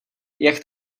jak